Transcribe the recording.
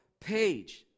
page